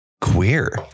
queer